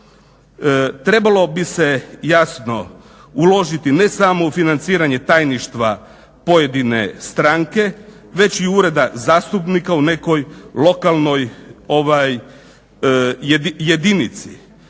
Trebalo bi se jasno uložiti ne samo u financiranje tajništva pojedine stranke već i ureda zastupnika u nekoj lokalnoj jedinici.